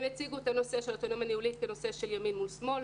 הם הציגו את הנושא של אוטונומיה ניהולית כנושא של ימין ושמאל.